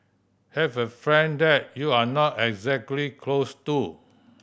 have a friend that you're not exactly close to